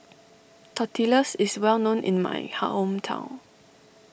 Tortillas is well known in my hometown